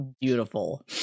beautiful